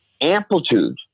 amplitude